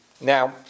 Now